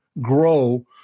grow